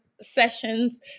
sessions